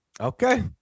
Okay